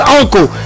uncle